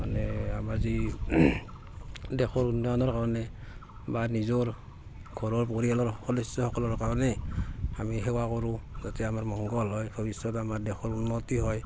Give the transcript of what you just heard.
মানে আমাৰ যি দেশৰ উন্নয়নৰ কাৰণে বা নিজৰ ঘৰৰ পৰিয়ালৰ সদস্যসকলৰ কাৰণে আমি সেৱা কৰো যাতে আমাৰ মংগল হয় ভৱিষ্যত আমাৰ দেশৰ উন্নতি হয়